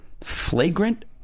Flagrant